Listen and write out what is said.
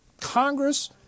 Congress